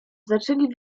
zaczęli